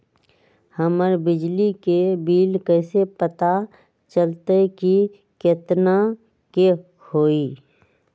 हमर बिजली के बिल कैसे पता चलतै की कतेइक के होई?